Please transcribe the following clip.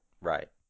Right